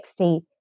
60